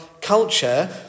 culture